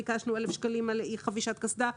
ביקשנו 1,000 שקלים על אי חבישת קסדה.